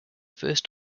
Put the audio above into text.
first